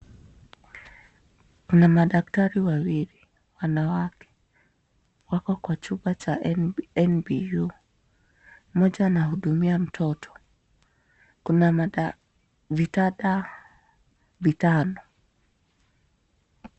Kuna madaktari wawili wanawake. Wako kwa chumba cha NBU. Mmoja anahudumia mtoto . Kuna vitanda vitano.